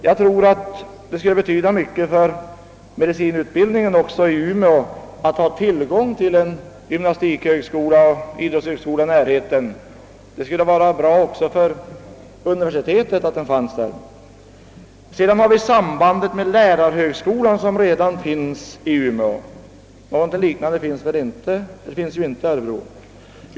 Jag tror att det skulle betyda mycket även för den medicinska utbildningen i Umeå att ha tillgång till en gymnastikoch idrottshögskola i närheten. Det vore alltså bra även för universitetet att denna högskola fanns där. Sedan har vi sambandet med den lärarhögskola som redan är förlagd till Umeå — någonting liknande finns ju inte i Örebro.